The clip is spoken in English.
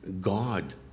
God